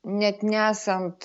net nesant